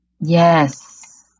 yes